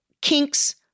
kinks